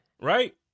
right